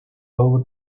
over